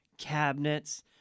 cabinets